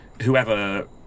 whoever